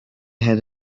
had